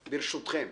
ברשותכם.